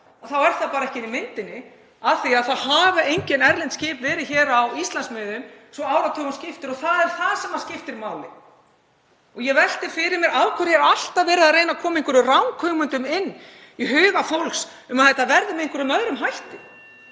þá er það ekki inni í myndinni af því að engin erlend skip hafa verið hér á Íslandsmiðum svo áratugum skiptir og það er það sem skiptir máli. Ég velti fyrir mér: Af hverju er alltaf verið að reyna að koma einhverjum ranghugmyndum inn í huga fólks um að þetta verði með einhverjum öðrum hætti?